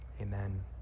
Amen